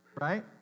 Right